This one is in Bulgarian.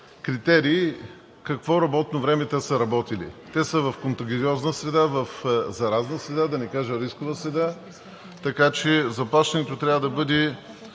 критерия с какво работно време са работили. Те са в контагиозна среда, в заразна среда, да не кажа рискова среда, така че заплащането трябва да бъде